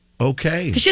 Okay